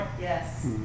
Yes